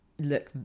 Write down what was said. look